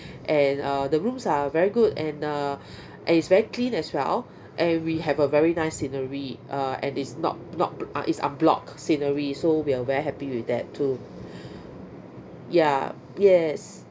and uh the rooms are very good and uh and it's very clean as well and we have a very nice scenery uh and it's not not ah it's unblocked scenery so we're very happy with that too ya yes